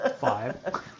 Five